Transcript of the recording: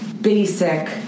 basic